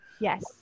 Yes